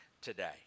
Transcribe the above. today